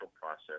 process